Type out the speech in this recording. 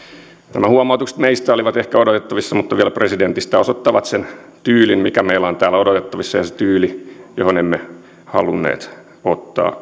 nämä huomautukset meistä olivat ehkä odotettavissa mutta vielä presidentistä ne osoittavat sen tyylin mikä meillä on täällä odotettavissa ja sen tyylin johon emme halunneet ottaa